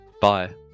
Bye